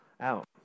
out